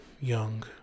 young